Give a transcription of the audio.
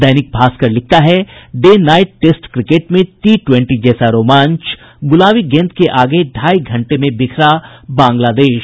दैनिक भास्कर लिखता है day night test cricket में टी ट्वेंटी जैसा रोमांच गुलाबी गेंद के आगे ढाई घंटे में बिखरा बांग्लादेश